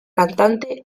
cantante